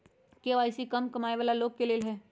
KYC का कम कमाये वाला लोग के लेल है?